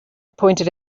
pointed